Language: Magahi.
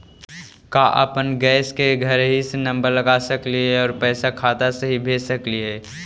का अपन गैस के घरही से नम्बर लगा सकली हे और पैसा खाता से ही भेज सकली हे?